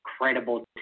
credible